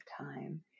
time